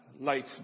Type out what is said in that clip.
late